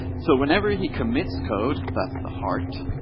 so whenever he commits code that's the heart.